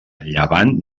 llevant